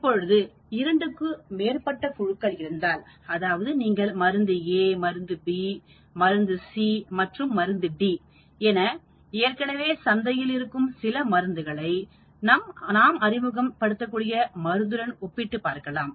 இப்பொழுது இரண்டுக்கு மேற்பட்ட குழுக்கள் இருந்தால் அதாவது நீங்கள் மருந்து A மருந்துB மருந்து C மற்றும் மருந்து D என ஏற்கனவே சந்தையில் இருக்கும் மருந்துகளை நாம் அறிமுகம் படுத்த உள்ள மருந்துடன் ஒப்பிட்டு பார்க்கலாம்